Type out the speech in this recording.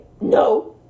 No